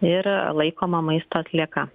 ir laikoma maisto atlieka